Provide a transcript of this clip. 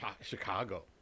Chicago